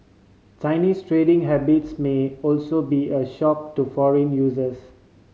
Chinese trading habits may also be a shock to foreign users